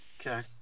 Okay